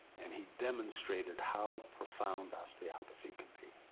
and he demonstrated how profound osteopathy can be.